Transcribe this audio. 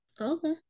Okay